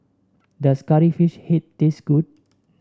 does Curry Fish Head taste good